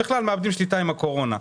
בכלל מאבדים שליטה עם הקורונה.